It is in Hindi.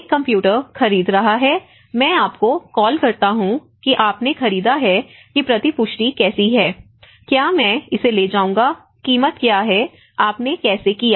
एक कंप्यूटर खरीद रहा है मैं आपको कॉल करता रहता हूं कि आपने खरीदा है कि प्रतिपुष्टि कैसा है क्या मैं इसे ले जाऊंगा कीमत क्या है आपने कैसे किया